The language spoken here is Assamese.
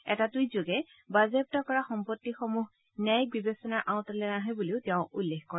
এটা টুইটযোগে বাজেয়াপ্ত কৰা সম্পত্তিসমূহ ন্যায়িক বিবেচনাৰ আওতালৈ নাহে বুলিও তেওঁ উল্লেখ কৰে